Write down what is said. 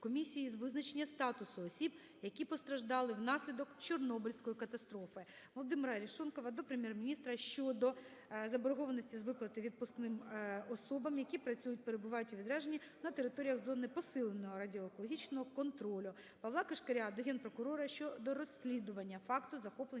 комісії з визначення статусу осіб, які постраждали внаслідок Чорнобильської катастрофи.